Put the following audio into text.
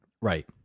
Right